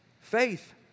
faith